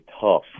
tough